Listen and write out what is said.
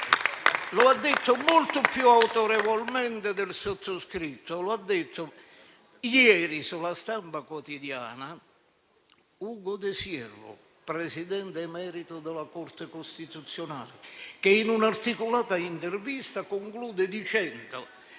Molto più autorevolmente del sottoscritto, lo ha detto ieri sulla stampa quotidiana Ugo De Siervo, Presidente emerito della Corte costituzionale, che in un'articolata intervista conclude dicendo